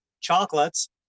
chocolates